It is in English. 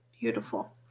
Beautiful